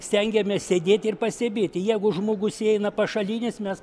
stengiamės sėdėti ir pastebėti jeigu žmogus įeina pašalinis mes